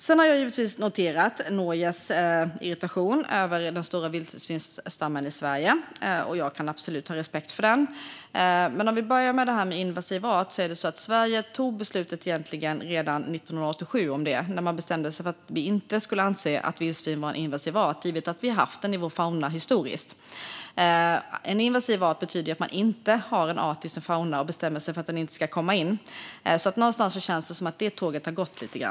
Sedan har jag givetvis noterat Norges irritation över den stora vildsvinsstammen i Sverige. Jag kan absolut ha respekt för den. Men för att börja med detta med invasiv art är det så att Sverige redan 1987 tog beslut om att vi inte skulle se vildsvin som en invasiv art, givet att vi haft den i vår fauna historiskt. Invasiv art betyder att man inte har eller har haft en art i sin fauna och bestämmer sig för att den inte ska komma in. Någonstans känns det lite grann som att det tåget har gått.